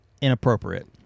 inappropriate